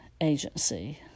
agency